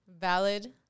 valid